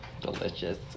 delicious